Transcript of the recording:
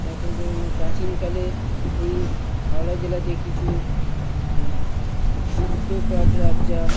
তারপরে ধরুন ওই প্রাচীনকালে এই হাওড়া জেলাতে কিছু ভুট্টোপাট রাজা